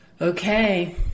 Okay